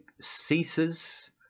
ceases